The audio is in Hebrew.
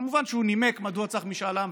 כמובן שהוא נימק מדוע צריך משאל עם,